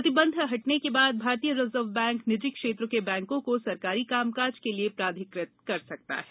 प्रतिबंध हटने के बाद भारतीय रिजर्व बैंक निजी क्षेत्र के बैंकों को सरकारी कामकाज के लिए प्राधिकृत कर सकता है